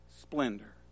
splendor